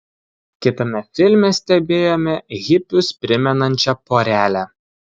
kitame filme stebėjome hipius primenančią porelę